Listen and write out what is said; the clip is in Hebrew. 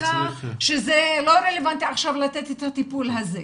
שזה לא רלוונטי עכשיו לתת את הטיפול הזה.